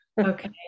Okay